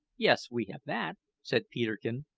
yes, we have that, said peterkin,